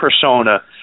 persona